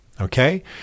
Okay